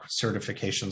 certifications